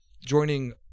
joining